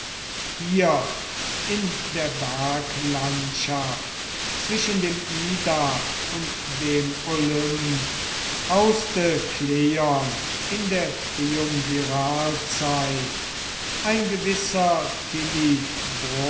hier in der berglandschaft zwischen dem ida und dem olymp hauste kleon in der triumviralzeit ein gewisser